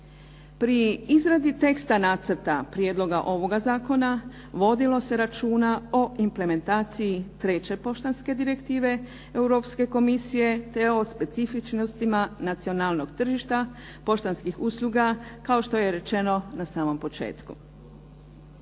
Pri izradi teksta nacrta prijedloga ovoga zakona, vodilo se računa o implementacije treće Poštanske direktive Europske komisije, te o specifičnostima nacionalnog tržišta poštanskih usluga, kao što je rečeno na samom početku.